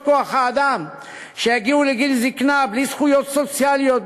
כוח-האדם שיגיעו לגיל זיקנה בלי זכויות סוציאליות,